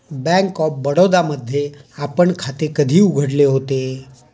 Bank of Baroda मध्ये आपण खाते कधी उघडले होते?